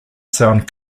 sound